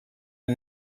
are